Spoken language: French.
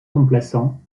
remplaçant